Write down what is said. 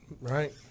Right